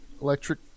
electric